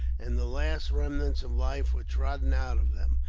and the last remnants of life were trodden out of them,